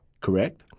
Correct